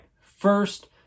first